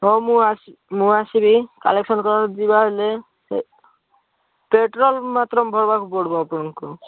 ହଉ ମୁଁ ଆସି ମୁଁ ଆସିବି କଲେକ୍ସନ୍ କରିବାକୁ ଯିବା ହେଲେ ସେ ପେଟ୍ରୋଲ ମାତ୍ର ଭରିବାକୁ ପଡ଼ିବ ଆପଣଙ୍କୁ